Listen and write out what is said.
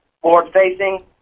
forward-facing